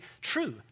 true